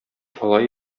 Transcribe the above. алай